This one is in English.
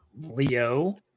Leo